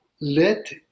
let